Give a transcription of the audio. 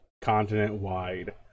continent-wide